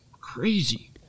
crazy